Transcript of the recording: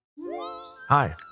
Hi